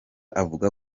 avuga